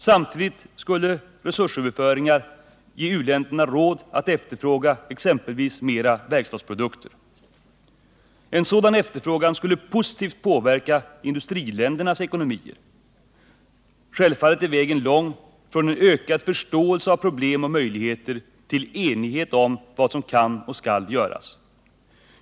Samtidigt skulle genom resursöverföringar u-länderna få råd att efterfråga exempelvis mera verkstadsprodukter. En sådan efterfrågan skulle positivt påverka industriländernas ekonomier. Självfallet är vägen lång från en ökad förståelse av problem och möjligheter till enighet om vad som kan och skall göras.